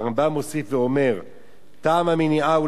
והרמב"ם מוסיף ואומר: "טעם המניעה הוא